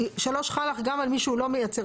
3 חל לך גם על מי שהוא לא מייצר,